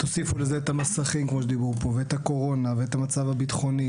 תוסיפו לזה את המסכים כמו שדיברו פה ואת הקורונה ואת המצב הביטחוני